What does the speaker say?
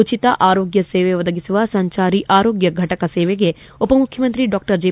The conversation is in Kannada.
ಉಚಿತ ಆರೋಗ್ಯ ಸೇವೆ ಒದಗಿಸುವ ಸಂಚಾರಿ ಆರೋಗ್ಯ ಫಟಕ ಸೇವೆಗೆ ಉಪಮುಖ್ಯಮಂತ್ರಿ ಡಾ ಜಿ